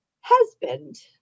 husband